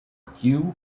few